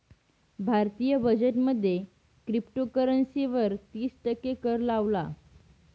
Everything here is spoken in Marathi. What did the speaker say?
भारतीय बजेट मध्ये क्रिप्टोकरंसी वर तिस टक्के कर लावला